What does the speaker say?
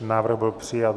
Návrh byl přijat.